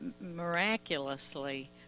miraculously